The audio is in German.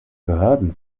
behörden